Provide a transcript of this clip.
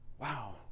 Wow